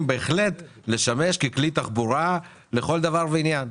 בהחלט לשמש ככלי תחבורה לכל דבר ועניין.